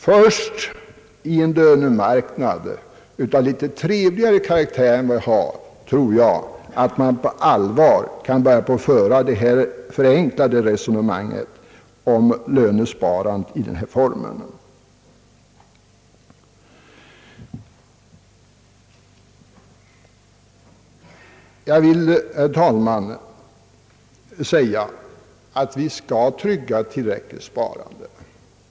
Först i en lönemarknad av något trevligare karaktär än den vi har nu tror jag att man på allvar kan börja föra ett sådant här förenklat resonemang om lönesparande i denna form. Jag vill, herr talman, säga att vi skall trygga ett tillräckligt sparande.